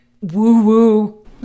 woo-woo